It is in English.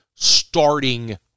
starting